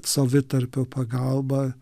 savitarpio pagalba